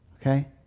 okay